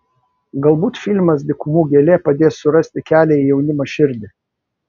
galbūt filmas dykumų gėlė padės surasti kelią į jaunimo širdį